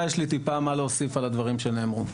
יש לי טיפה מה להוסיף על הדברים שנאמרו.